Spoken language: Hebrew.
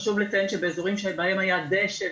חשוב לציין שבאזורים שבהם היה דשא,